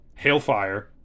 Hailfire